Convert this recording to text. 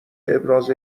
ابراز